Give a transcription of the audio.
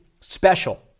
special